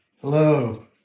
Hello